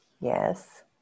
yes